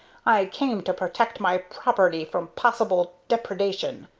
i came to protect my property from possible depredation.